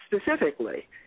Specifically